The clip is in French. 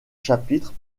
chapitres